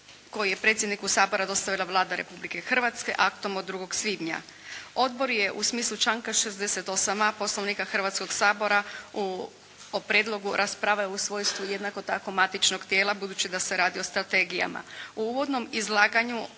koji je predsjedniku Sabora dostavila Vlada Republike Hrvatske aktom od 2. svibnja. Odbor je u smislu članka 68.a Poslovnika Hrvatskog sabora u, o Prijedlogu raspravio u svojstvu jednako tako matičnog tijela budući da se radi o strategijama. U uvodnom izlaganju